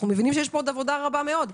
אנו מבינים שיש פה עבודה רבה מאוד.